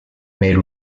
made